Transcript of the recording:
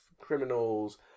criminals